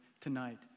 tonight